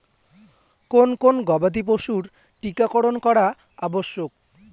কোন কোন গবাদি পশুর টীকা করন করা আবশ্যক?